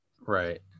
Right